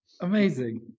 Amazing